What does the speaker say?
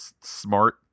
smart